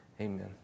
Amen